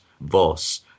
Voss